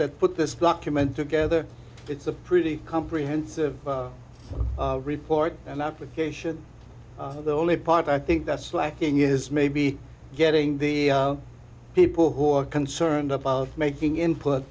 that put this document together it's a pretty comprehensive report and i'm with the only part i think that's lacking is maybe getting the people who are concerned about making input